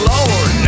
Lord